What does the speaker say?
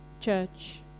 Church